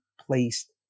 placed